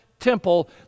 temple